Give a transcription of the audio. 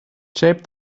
shape